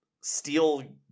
steal